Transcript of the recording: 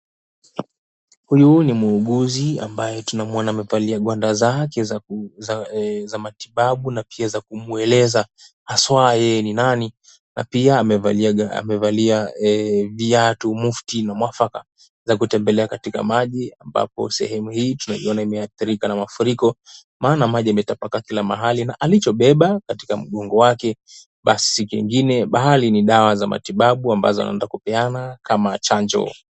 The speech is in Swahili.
Huyu ni muuguzi ambaye tunamuona amevalia gwanda zake za matibabu na pia za kumueleza haswa yeye ni nani na pia amevalia amevalia viatu mufti na mwafaka za kutembelea katika maji ambapo sehemu hii tunaiona imeathirika na mafuriko maana maji yametapakaa kila mahali na alichobeba katika mgongo wake basi si kingine bali ni dawa za matibabu ambazo anaenda kupeana kama chanjo.